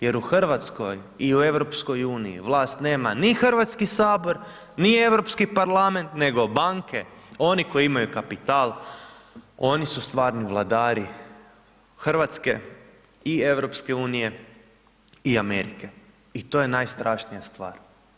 Jer u Hrvatskoj i u EU vlast nema ni Hrvatski sabor, ni Europski parlament nego banke, oni koji imaju kapital, oni su stvarni vladari Hrvatske i EU i Amerike i to je najstrašnija stvar.